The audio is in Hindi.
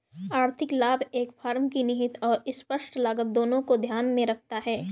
आर्थिक लाभ एक फर्म की निहित और स्पष्ट लागत दोनों को ध्यान में रखता है